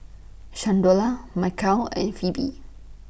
Shalonda Mikeal and Phoebe